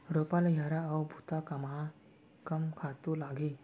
रोपा, लइहरा अऊ बुता कामा कम खातू लागही?